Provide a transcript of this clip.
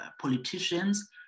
politicians